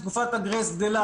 תקופת הגרייס גדלה,